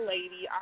Lady